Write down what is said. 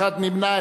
אחד נמנע,